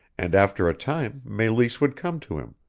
and after a time meleese would come to him,